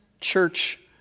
church